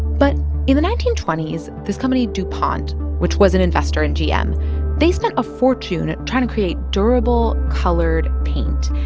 but in the nineteen twenty s, this company dupont, which was an investor in gm they spent a fortune and trying to create durable, colored paint.